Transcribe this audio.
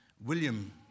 William